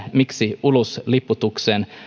miksi ulosliputuksen